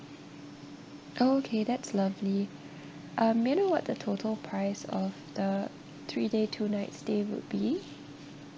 okay that's lovely um may I know what total price of the three day two night stay would be